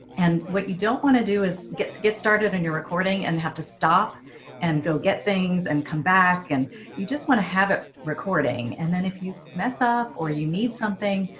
and what you don't want to do is get to get started in your recording and have to stop and go get things and come back and you just want to have it recording. and then if you mess up or you need something.